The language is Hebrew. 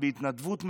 ובהתנדבות מלאה,